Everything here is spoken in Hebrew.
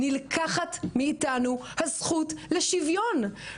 נלקחת מאיתנו הזכות לשוויון.